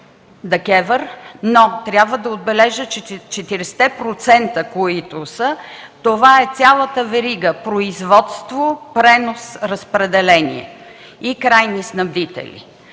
Но трябва да отбележа, че 40 те процента, които са, това е цялата верига производство–пренос–разпределение и крайни снабдители.